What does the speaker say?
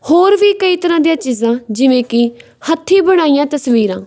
ਹੋਰ ਵੀ ਕਈ ਤਰ੍ਹਾਂ ਦੀਆਂ ਚੀਜ਼ਾਂ ਜਿਵੇਂ ਕਿ ਹੱਥੀਂ ਬਣਾਈਆਂ ਤਸਵੀਰਾਂ